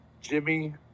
Jimmy